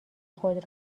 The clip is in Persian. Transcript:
خود